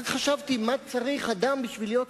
בעל יכולת